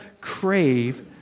crave